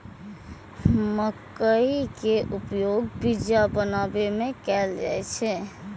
मकइ के उपयोग पिज्जा बनाबै मे कैल जाइ छै